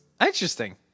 Interesting